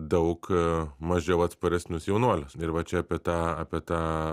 daug mažiau atsparesnius jaunuolis ir va čia apie tą apie tą